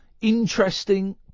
interesting